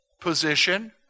position